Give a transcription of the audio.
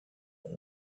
when